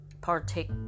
partake